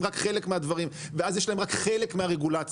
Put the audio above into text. רק חלק מהדברים ואז יש להם רק חלק מהרגולציה.